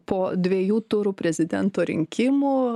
po dviejų turų prezidento rinkimų